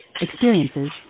experiences